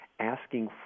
asking